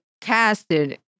casted